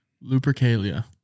Lupercalia